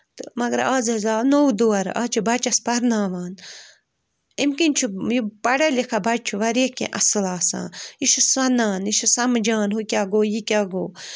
تہٕ مگر اَز حظ آو نو دور اَز چھِ بچس پَرناوان اَمہِ کِنۍ چھُ یہِ پڑھا لکھا بچہٕ چھُ وارِیاہ کیٚنٛہہ اَصٕل آسان یہِ چھُ سَنان یہِ چھُ سمجھان ہُہ کیٛاہ گوٚو یہِ کیٚاہ گوٚو